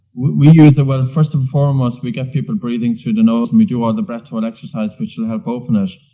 we use. well first and foremost we get people breathing through the nose and we do all the breath-hold exercise, which will help open ah